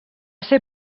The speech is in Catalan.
ser